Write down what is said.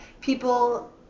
people